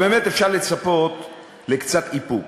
באמת אפשר לצפות לקצת איפוק.